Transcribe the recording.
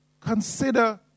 consider